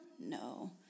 no